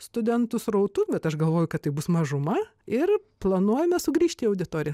studentų srautus bet aš galvoju kad taip bus mažuma ir planuojame sugrįžti į auditorijas